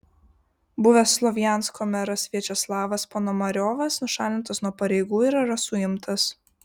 buvęs slovjansko meras viačeslavas ponomariovas nušalintas nuo pareigų ir yra suimtas